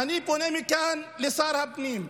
אני פונה מכאן לשר הפנים: